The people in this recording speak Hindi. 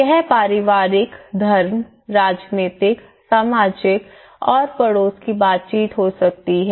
यह पारिवारिक धर्म राजनीतिक सामाजिक और पड़ोस की बातचीत हो सकती है